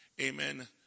Amen